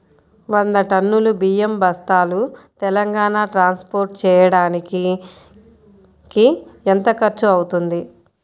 వంద టన్నులు బియ్యం బస్తాలు తెలంగాణ ట్రాస్పోర్ట్ చేయటానికి కి ఎంత ఖర్చు అవుతుంది?